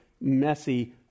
messy